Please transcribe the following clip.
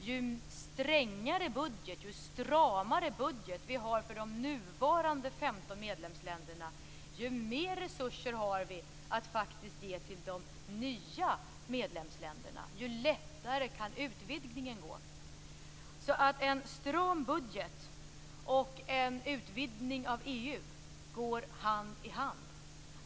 Ju strängare och stramare budget vi har för de nuvarande 15 medlemsländerna, desto mer resurser har vi att ge till de nya medlemsländerna och desto lättare kan utvidgningen gå. En stram budget och en utvidgning av EU går alltså hand i hand.